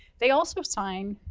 they also sign,